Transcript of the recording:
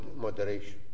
moderation